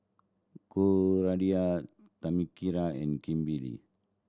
Cordia Tamika and Kimber